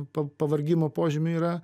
pa pavargimo požymių yra